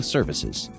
Services